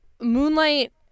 moonlight